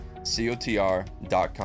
cotr.com